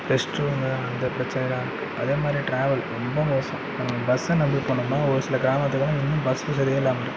rest room அந்த பிரச்சனையெல்லாம் இருக்குது அதேமாதிரி ட்ராவல் ரொம்ப மோசம் இப்போ நம்ம பஸ்ஸை நம்பிப் போனோம்னால் ஒரு சில கிராமத்தில் இன்னும் பஸ் வசதியே இல்லாமல் இருக்குது